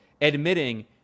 admitting